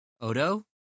Odo